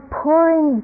pouring